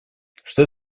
что